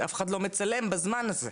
אף אחד לא מצלם בזמן הזה.